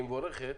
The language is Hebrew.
והיא מבורכת,